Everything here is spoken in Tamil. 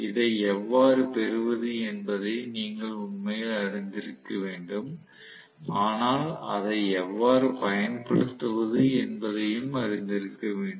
இதை எவ்வாறு பெறுவது என்பதை நீங்கள் உண்மையில் அறிந்திருக்க வேண்டும் ஆனால் அதை எவ்வாறு பயன்படுத்துவது என்பதையும் அறிந்திருக்க வேண்டும்